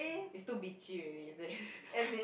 it's too beachy already is it